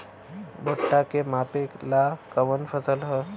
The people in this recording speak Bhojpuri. भूट्टा के मापे ला कवन फसल ह?